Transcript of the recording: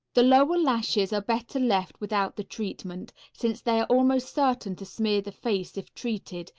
the lower lashes are better left without the treatment, since they are almost certain to smear the face if treated,